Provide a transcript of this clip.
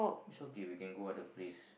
it's okay we can go other place